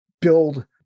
build